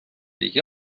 دیگه